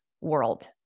world